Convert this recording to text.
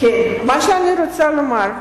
מה שאני רוצה לומר,